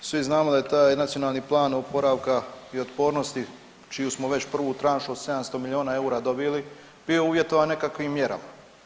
Svi znamo da je taj Nacionalni plan oporavka i otpornosti čiju smo već prvu tranšu od 700 milijuna eura dobili bio uvjetovan nekakvim mjerama.